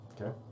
Okay